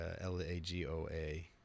L-A-G-O-A